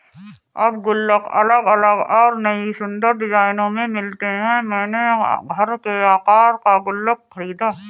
अब गुल्लक अलग अलग और नयी सुन्दर डिज़ाइनों में मिलते हैं मैंने घर के आकर का गुल्लक खरीदा है